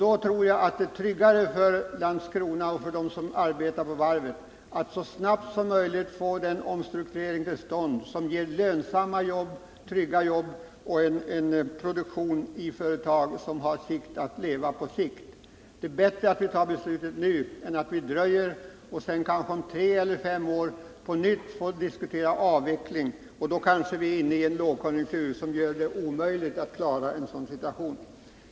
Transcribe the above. Då tror jag att det är tryggare för Landskrona och för dem som arbetar på varvet att så snabbt som möjligt få den omstrukturering till stånd som ger lönsamma och trygga jobb och produktion i företag som har möjlighet att leva på sikt. Det är bättre att vi tar beslutet nu än att vi dröjer och kanske om tre eller fem år på nytt får diskutera en avveckling. Då kanske vi befinner oss i en lågkonjunktur som gör det omöjligt att klara en sådan situation.